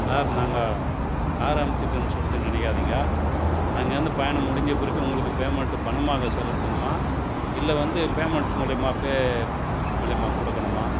sir நாங்கள் car அமுத்திட்டோம்னு சொல்லிவிட்டு நினைக்காதிங்க அங்கேருந்து பயணம் முடிஞ்ச பிறகு உங்களுக்கு பேமண்ட்டு பணமாக செலுத்தணுமா இல்லை வந்து பேமண்ட்டு மூலயமா பே மூலயமா கொடுக்கணுமா